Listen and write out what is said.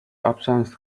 options